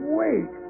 wait